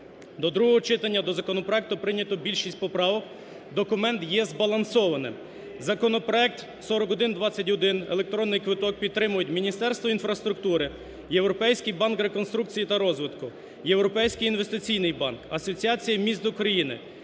до другого читання до законопроекту прийнято більшість поправок, документ є збалансований. Законопроект 4121, електронний квиток, підтримають Міністерство інфраструктури, Європейський банк реконструкції та розвитку, Європейський інвестиційний банк, Асоціація міст України,